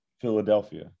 Philadelphia